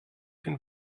den